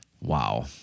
Wow